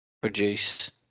produce